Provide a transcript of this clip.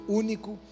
único